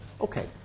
Okay